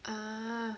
ah